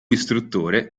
istruttore